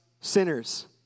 sinners